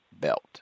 Belt